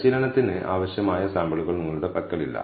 പരിശീലനത്തിന് ആവശ്യമായ സാമ്പിളുകൾ നിങ്ങളുടെ പക്കലില്ല